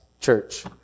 church